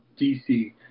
DC